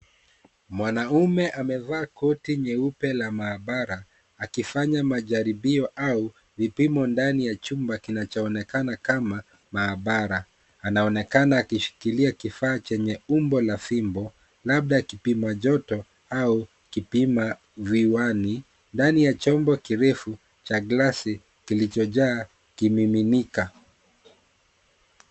Mwanaume amevaa koti nyeupe la maabara, akifanya majaribio au vipimo ndani ya chumba kinachaonekana kama "maabara". Anaonekana akishikilia kifaa chenye umbo la fimbo labda kipima joto au kipima viwani ndani ya chombo kirefu cha glasi kilichojaa kimiminika.